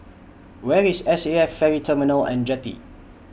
Where IS S A F Ferry Terminal and Jetty